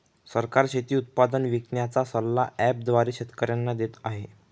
सरकार शेती उत्पादन विकण्याचा सल्ला ॲप द्वारे शेतकऱ्यांना देते आहे